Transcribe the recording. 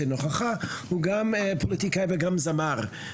שנוכחה שהוא גם פוליטיקאי וגם זמר.